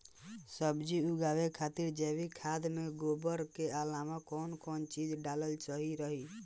सब्जी उगावे खातिर जैविक खाद मे गोबर के अलाव कौन कौन चीज़ डालल सही रही?